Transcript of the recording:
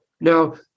Now